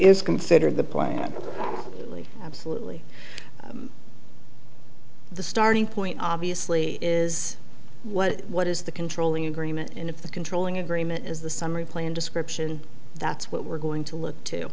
is considered the play absolutely the starting point obviously is what what is the controlling agreement and if the controlling agreement is the summary plan description that's what we're going to look to